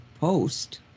post